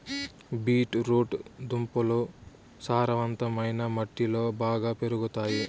beet root దుంపలు సారవంతమైన మట్టిలో బాగా పెరుగుతాయి